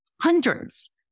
hundreds